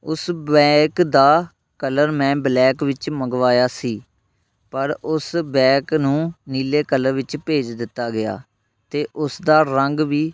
ਉਸ ਬੈਗ ਦਾ ਕਲਰ ਮੈਂ ਬਲੈਕ ਵਿੱਚ ਮੰਗਵਾਇਆ ਸੀ ਪਰ ਉਸ ਬੈਕ ਨੂੰ ਨੀਲੇ ਕਲਰ ਵਿੱਚ ਭੇਜ ਦਿੱਤਾ ਗਿਆ ਅਤੇ ਉਸਦਾ ਰੰਗ ਵੀ